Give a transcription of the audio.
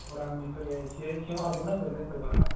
अरांनिफ्राय एसे सिंआव हाबबावनांगोन नेसेनेल पार्कआ